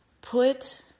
Put